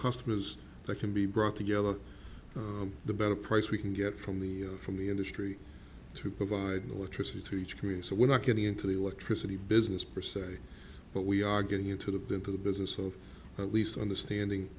customers that can be brought together the better price we can get from the from the industry to provide electricity to each community so we're not getting into the electricity business percent but we are getting into the into the business of at least understanding